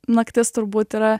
naktis turbūt yra